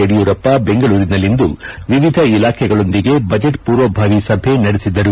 ಯಡಿಯೂರಪ್ಪ ಬೆಂಗಳೂರಿನಲ್ಲಿಂದು ವಿವಿಧ ಇಲಾಖೆಗಳೊಂದಿಗೆ ಬಜೆಟ್ ಪೂವಭಾವಿ ಸಭೆ ನಡೆಸಿದರು